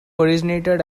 originated